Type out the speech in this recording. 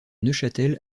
neuchâtel